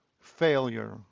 failure